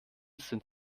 sind